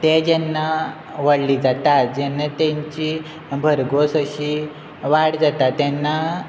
ते जेन्ना व्हडले जाता जेन्ना तेंची भरघोस अशी वाड जाता तेन्ना